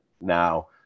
now